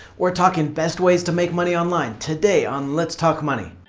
we're talking best ways to make money online today on let's talk money.